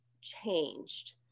changed